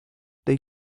they